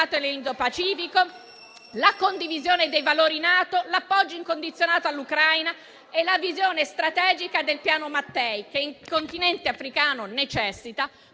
nell'Indo-Pacifico; la condivisione dei valori della NATO; l'appoggio incondizionato all'Ucraina e la visione strategica del Piano Mattei, che il Continente africano necessita,